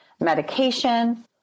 medication